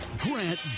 Grant